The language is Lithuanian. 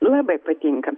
labai patinka